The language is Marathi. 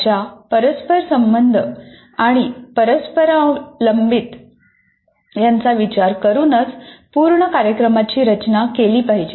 अशा परस्पर संबंध आणि परस्परावलंबित्व यांचा विचार करूनच पूर्ण कार्यक्रमाची रचना केली पाहिजे